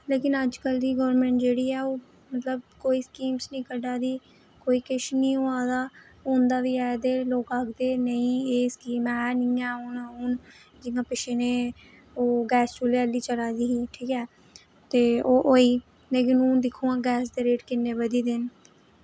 लेकिन अजकल गवर्नमेंट जेहड़ी ऐ मतलब कोई स्कीमां नेई कड्ढै दी कोई किश नेईं होआ दा होंदा बी है ते लोग आखदे नेईं में नेईं है हून जि'यां पिच्छें नेह् ओह् गैस चूह्ले आह्ली चलै दी ही ठीक ऐ ते ओह् होई लेकिन हून दिक्खो हां गैस दे रेट किन्ने बधी गेदे न